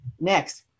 Next